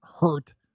hurt